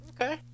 Okay